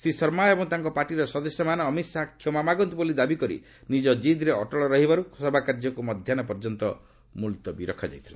ଶ୍ରୀ ଶର୍ମା ଏବଂ ତାଙ୍କ ପାର୍ଟିର ସଦସ୍ୟମାନେ ଅମିତ୍ ଶାହା କ୍ଷମା ମାଗନ୍ତୁ ବୋଲି ଦାବି କରି ନିଙ୍କ ଜିଦ୍ରେ ଅଟଳ ରହିବାରୁ ସଭାକାର୍ଯ୍ୟକୁ ମଧ୍ୟାହୁ ପର୍ଯ୍ୟନ୍ତ ମୁଲତବୀ ରଖାଯାଇଥିଲା